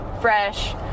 fresh